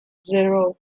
zero